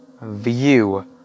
view